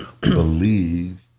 believe